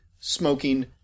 smoking